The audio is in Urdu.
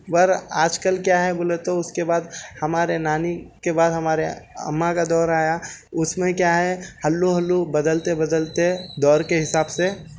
پر آج کل کیا ہے بولے تو اس کے بعد ہمارے نانی کے بعد ہمارے اماں کا دور آیا اس میں کیا ہے ہلو ہلو بدلتے بدلتے دور کے حساب سے